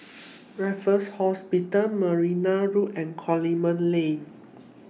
Raffles Hospital Marne Road and Coleman Lane